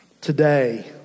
Today